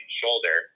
shoulder